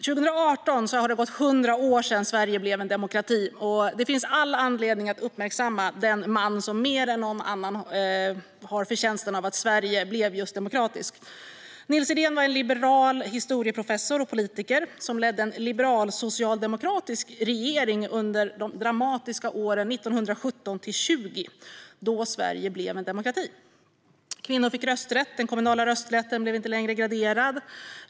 År 2018 har det gått 100 år sedan Sverige blev en demokrati. Det finns all anledning att uppmärksamma den man som mer än någon annan har förtjänsten av att Sverige blev demokratiskt. Nils Edén var en liberal historieprofessor och politiker som ledde en liberal-socialdemokratisk regering under de dramatiska åren 1917-1920. Då blev Sverige en demokrati. Kvinnor fick rösträtt, och den kommunala rösträtten blev inte längre graderad.